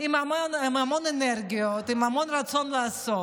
עם המון אנרגיות, עם המון רצון לעשות.